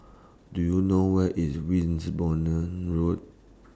Do YOU know Where IS Road